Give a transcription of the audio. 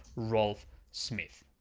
rolf smith.